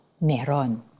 meron